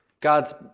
God's